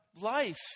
life